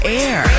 air